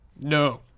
No